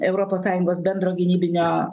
europos sąjungos bendro gynybinio